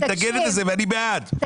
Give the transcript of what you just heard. היא מתנגדת לזה ואני בעד כי